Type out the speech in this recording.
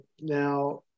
Now